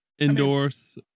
endorse